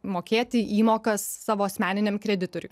mokėti įmokas savo asmeniniam kreditoriui